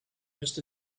missed